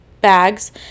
bags